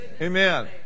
Amen